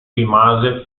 rimase